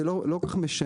זה לא כל כך שמנה.